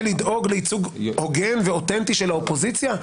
לדאוג לייצוג הוגן ואוטנטי של האופוזיציה?